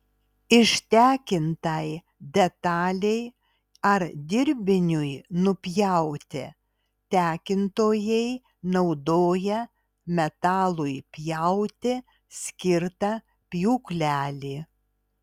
ištekintai detalei ar dirbiniui nupjauti tekintojai naudoja metalui pjauti skirtą pjūklelį